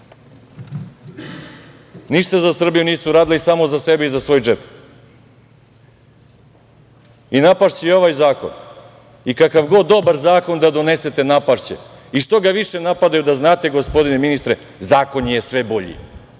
Ništa za Srbiju nisu uradili, samo za sebe i za svoj džep. I napašće i ovaj zakon. I kakav god dobar zakon da donesete, napašće. I što ga više napadaju, da znate gospodine ministre, zakon je sve bolji.